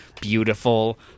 beautiful